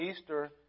Easter